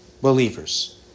believers